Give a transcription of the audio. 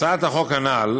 הצעת החוק הנ"ל